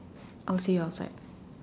of your side